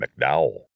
mcdowell